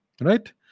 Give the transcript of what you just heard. right